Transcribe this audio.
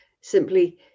simply